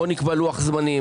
בוא נקבע לוח זמנים.